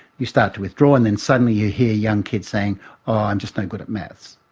you start to withdraw and then suddenly you hear young kids saying oh, i'm just no good at maths',